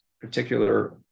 particular